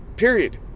period